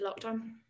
lockdown